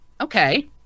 okay